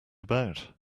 about